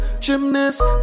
gymnast